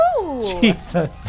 Jesus